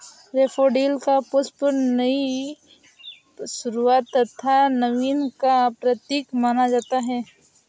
daffodil का पुष्प नई शुरुआत तथा नवीन का प्रतीक माना जाता है